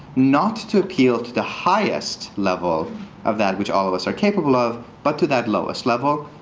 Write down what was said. not to appeal to the highest level of that which all of us are capable of, but to that lowest level.